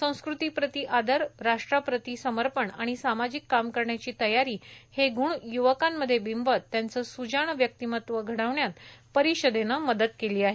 संस्कृतीप्रती आदर राष्ट्राप्रती समर्पण आणि सामाजिक काम करण्याची तयारी हे गुण युवकांमध्ये बिंबवत त्यांचे सुजाण व्यक्तिमत्व घडवण्यात परिषदेन मदत केली आहे